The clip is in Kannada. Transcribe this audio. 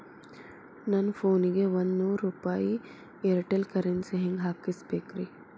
ನನ್ನ ಫೋನಿಗೆ ಒಂದ್ ನೂರು ರೂಪಾಯಿ ಏರ್ಟೆಲ್ ಕರೆನ್ಸಿ ಹೆಂಗ್ ಹಾಕಿಸ್ಬೇಕ್ರಿ?